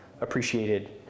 appreciated